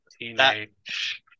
Teenage